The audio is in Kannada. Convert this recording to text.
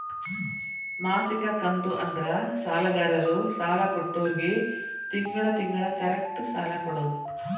ಮಾಸಿಕ ಕಂತು ಅಂದ್ರ ಸಾಲಗಾರರು ಸಾಲ ಕೊಟ್ಟೋರ್ಗಿ ತಿಂಗಳ ತಿಂಗಳ ಕರೆಕ್ಟ್ ಸಾಲ ಕೊಡೋದ್